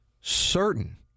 certain